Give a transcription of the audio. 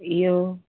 इहो